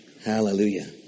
Hallelujah